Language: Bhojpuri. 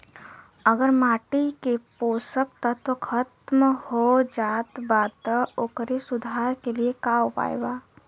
अगर माटी के पोषक तत्व खत्म हो जात बा त ओकरे सुधार के लिए का उपाय बा?